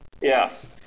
Yes